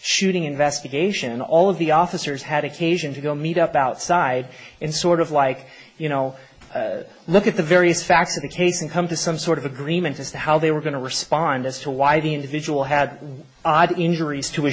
shooting investigation all of the officers had occasion to go meet up outside and sort of like you know look at the various facts of the case and come to some sort of agreement as to how they were going to respond as to why the individual had injuries to his